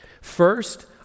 First